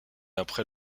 après